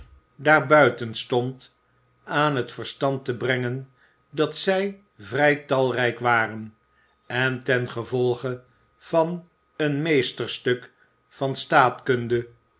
buiten stond aan het verstand te brengen dat zij vrij talrijk waren en tengevolge van een meesterstuk van